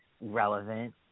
relevant